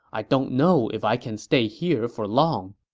i don't know if i can stay here for long.